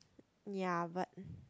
ya but